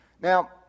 Now